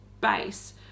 base